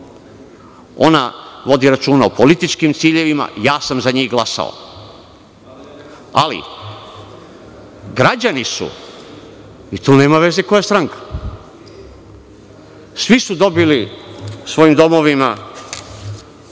Ona vodi računa o političkim ciljevima. Ja sam za njih glasao, ali građani su, i tu nema veze koja je stranka, svi su dobili u svojim domovima